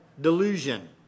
delusion